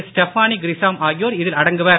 Stephanie Grisham ஆகியோர் இதில் அடங்குவர்